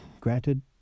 Granted